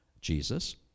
Jesus